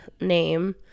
name